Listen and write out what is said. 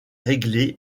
réglé